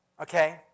okay